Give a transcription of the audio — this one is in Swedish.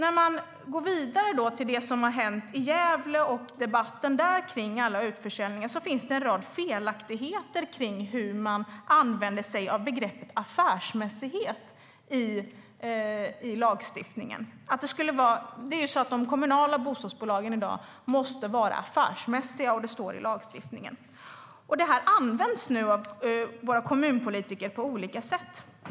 Om vi går vidare till det som hände i Gävle och debatten om alla utförsäljningar där finns det en rad felaktigheter kring hur begreppet affärsmässighet i lagstiftningen används. Det står i lagen att de kommunala bostadsbolagen måste vara affärsmässiga i dag. Våra kommunpolitiker använder nu det på olika sätt.